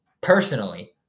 Personally